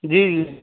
جی